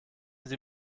sie